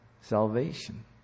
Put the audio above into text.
salvation